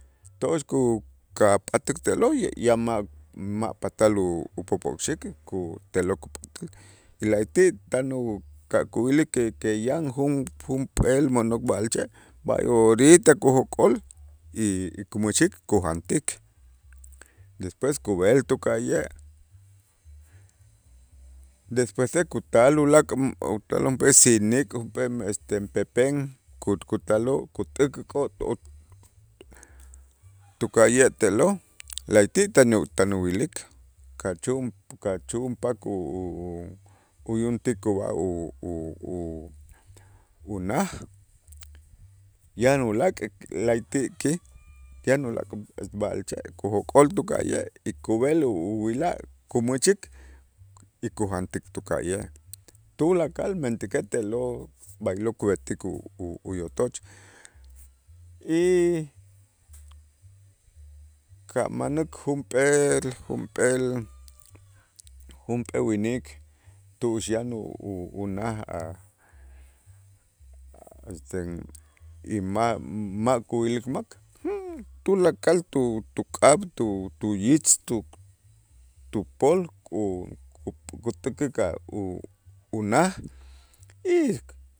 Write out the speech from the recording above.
Tu'ux ku- kap'atäk te'lo' ya ma' ma' patal u- upopokxik' ku te'lo' y la'ayti' tan uka kuyilik que que yan jun- junp'eel mo'nok b'a'alche' b'ay orita kujok'ol y kumächik kujantik, despues kub'el tuka'ye', despuese kutal ulaak' sinik junp'ee este pepem ku- kutaloo' kutäkikoo' tuka'ye' te'lo' la'ayti' tan u- tan uwilik kachu'un- kachu'unpakoo' uyuntik ub'aj u- u- u- unaj yan ulaak' la'ayti' ki' yan ulaak' b'a'alche' kujokol tuka'ye' y kub'el u- uwilaj kumächik y kujantik tuka'ye' tulakal, mentäkej te'lo' b'aylo' kub'etik u- u- uyotoch y ka' manäk junp'eel junp'eel junp'ee winik tu'ux yan u- u- unaj a- a este y ma' ma' kuyilik mak tulakal tu- tuk'ab' tu- tuyitz tu- tupol unaj y